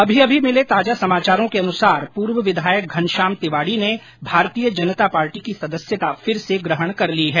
अभी अभी मिले ताजा समाचारों के अनुसार पूर्व विधायक घनश्याम तिवाड़ी ने भारतीय जनता पार्टी की सदस्यता फिर से ग्रहण कर ली है